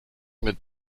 mit